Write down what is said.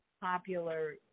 popular